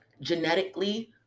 Genetically